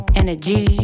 energy